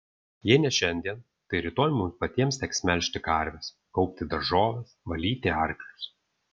jei ne šiandien tai rytoj mums patiems teks melžti karves kaupti daržoves valyti arklius